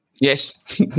Yes